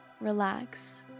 relax